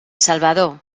salvador